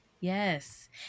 Yes